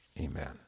Amen